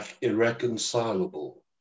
irreconcilable